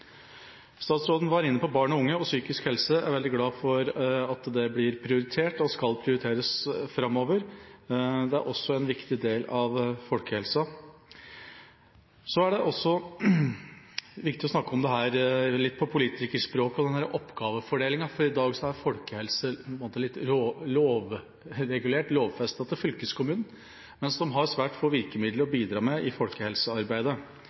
Statsråden var inne på dette med barn og unge og psykisk helse. Jeg er veldig glad for at det blir prioritert og skal prioriteres framover. Det er også en viktig del av folkehelsa. Så er det også viktig å snakke på politikerspråket om denne oppgavefordelinga, for i dag er folkehelse på en måte litt lovregulert – lovfestet til fylkeskommunen, men som har svært få virkemidler å bidra med i folkehelsearbeidet.